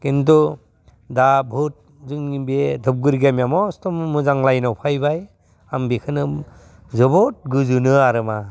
खिन्थु दा जोंनि बे धुबगुरि गामिया मसथ' मोजां लाइनाव फैबाय आं बिखौनो जोबोद गोजोनो आरोमा